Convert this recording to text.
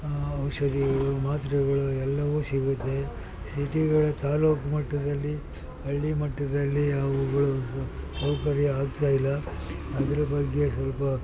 ಔಷಧಿಗಳು ಮಾತ್ರೆಗಳು ಎಲ್ಲವೂ ಸಿಗುತ್ತೆ ಸಿಟಿಗಳ ತಾಲ್ಲೂಕು ಮಟ್ಟದಲ್ಲಿ ಹಳ್ಳಿ ಮಟ್ಟದಲ್ಲಿ ಅವುಗಳು ಸೌಕರ್ಯ ಆಗ್ತಾಯಿಲ್ಲ ಅದರ ಬಗ್ಗೆ ಸ್ವಲ್ಪ